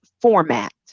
format